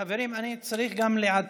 חברים, אני צריך גם לעדכן